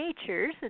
natures